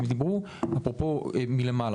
אפרופו מלמעלה,